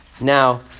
Now